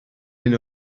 hyn